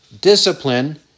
discipline